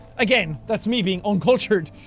again, that's me being uncultured.